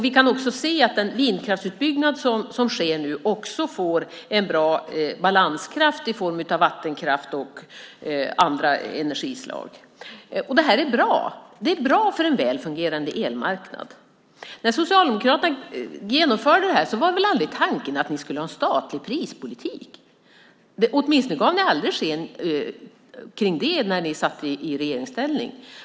Vi kan också se att den vindkraftsutbyggnad som sker nu bidrar till en bra balans till vattenkraft och andra energislag. Det här är bra. Det är bra för en väl fungerande elmarknad. När ni socialdemokrater genomförde det här var väl aldrig tanken att ni skulle ha en statlig prispolitik. Åtminstone gav ni aldrig sken av det när ni satt i regeringsställning.